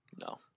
No